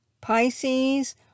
Pisces